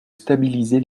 stabiliser